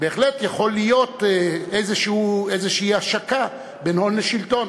בהחלט יכולה להיות השקה כלשהי בין הון לשלטון,